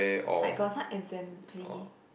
I got some assembly